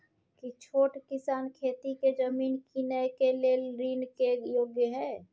की छोट किसान खेती के जमीन कीनय के लेल ऋण के योग्य हय?